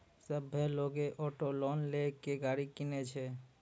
सभ्भे लोगै auto loan लेय के गाड़ी किनै छै